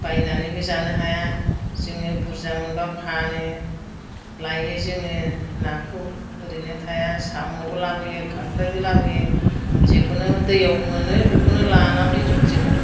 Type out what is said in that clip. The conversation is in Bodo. बायनानैबो जानो हाया जोङो बुरजा मोनब्ला फानो लायो जोङो नाखौ ओरैनो थाया साम'बो लाबोयो खांख्राइबो लाबोयो जेखौनो दैयाव मोनो बेखौनो लानानै फैजोबो जोङो